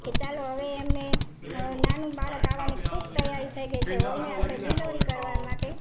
કે ચાલો હવે એમને હવે નાનું બાળક આવવાની ખૂબ તૈયારી થઈ ગઈ છે વહુને આપણે ડિલેવરી કરવા માટે